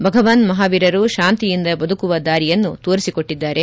ಭಗವಾನ್ ಮಹಾವೀರರು ಶಾಂತಿಯಿಂದ ಬದುಕುವ ದಾರಿಯನ್ನು ತೋರಿಸಿಕೊಟ್ಟಿದ್ದಾರೆ